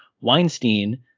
Weinstein